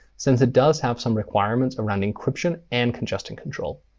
since it does have some requirements around encryption and congestion control.